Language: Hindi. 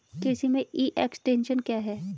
कृषि में ई एक्सटेंशन क्या है?